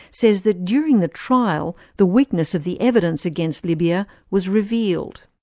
says that during the trial the weakness of the evidence against libya was revealed.